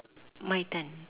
my turn